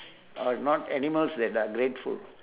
are not animals that are grateful